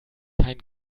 keinen